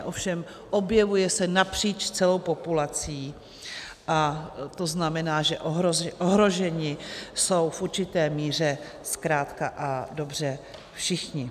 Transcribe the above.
Ovšem objevuje se napříč celou populací a to znamená, že ohroženi jsou v určité míře zkrátka a dobře všichni.